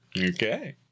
Okay